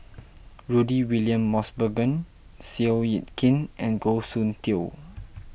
Rudy William Mosbergen Seow Yit Kin and Goh Soon Tioe